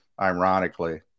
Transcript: ironically